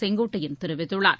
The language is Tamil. செங்கோட்டையன் தெரிவித்துள்ளார்